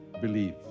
Believe